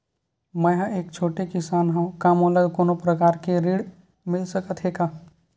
मै ह एक छोटे किसान हंव का मोला कोनो प्रकार के ऋण मिल सकत हे का?